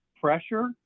pressure